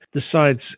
decides